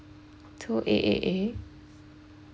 two eight eight A